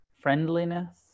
friendliness